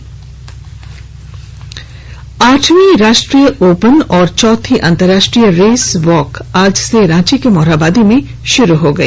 athlete championship आठवीं राष्ट्रीय open और चौथी अंतरराष्ट्रीय रेस वॉक आज से रांची के मोरहाबादी में शुरू हो गई